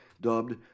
dubbed